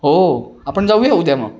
हो आपण जाऊया उद्या मग